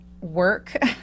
work